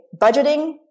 budgeting